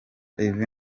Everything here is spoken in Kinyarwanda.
ivi